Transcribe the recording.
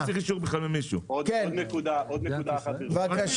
עוד נקודה אחת, ברשותך.